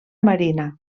marina